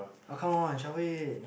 ah come on shuffle it